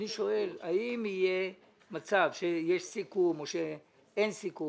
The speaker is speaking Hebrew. אני שואל האם יהיה מצב שיש סיכום או אין סיכום